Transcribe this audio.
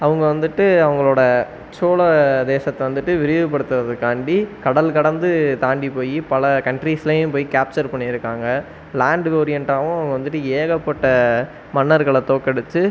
அவங்க வந்துவிட்டு அவங்களோட சோழ தேசத்தை வந்துவிட்டு விரிவுப்படுத்துறதுக்காண்டி கடல் கடந்து தாண்டி போய் பல கன்ட்ரீஸ்லையும் போய் கேப்ச்சர் பண்ணியிருக்காங்க லேண்டு ஓரியன்ட்டாகவும் வந்துவிட்டு ஏகப்பட்ட மன்னர்களை தோக்கடித்து